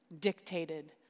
dictated